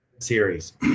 series